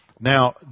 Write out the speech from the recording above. Now